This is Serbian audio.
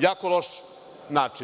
jako loš način.